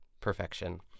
Perfection